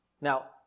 Now